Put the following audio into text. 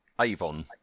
Avon